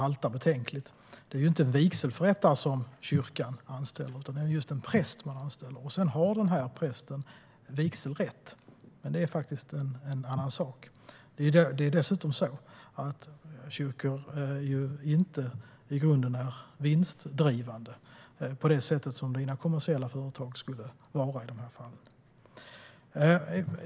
Kyrkan anställer inte en vigselförrättare utan just en präst. Sedan har denna präst vigselrätt, men det är faktiskt en annan sak. Dessutom är kyrkor inte i grunden vinstdrivande på samma sätt som kommersiella företag i det här fallet skulle vara.